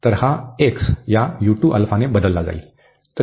तर हा x या ने बदलला जाईल